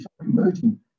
emerging